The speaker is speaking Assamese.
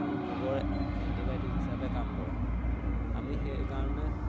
ৰোগৰ এণ্টিবায়'টিক হিচাপে কাম কৰে আমি সেইকাৰণে